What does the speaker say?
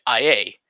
IA